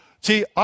See